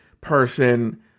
person